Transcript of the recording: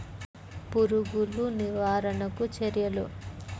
పురుగులు నివారణకు చర్యలు?